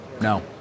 No